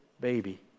baby